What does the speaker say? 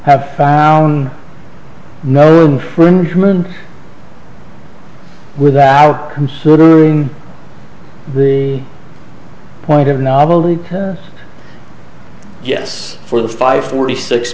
have found no infringement without considering the point of not only yes for the five forty six